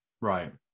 Right